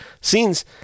scenes